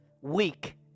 week